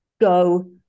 Go